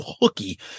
hooky